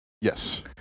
yes